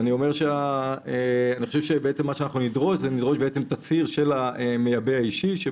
אנחנו נדרוש תצהיר של המייבא האישי,